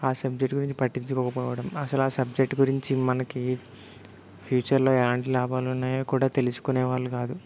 ఆ సబ్జెక్ట్ గురించి పట్టించుకోకపోవడం అసలా సబ్జెక్ట్ గురించి మనకి ఫ్యూచర్లో ఎలాంటి లాభాలు ఉన్నాయో కూడా తెలుసుకునే వాళ్ళు కాదు